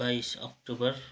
बाइस अक्टोबर